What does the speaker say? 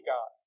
God